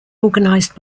organized